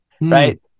Right